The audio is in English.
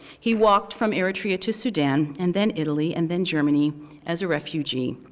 he walked from eritrea to sudan and then italy and then germany as a refugee.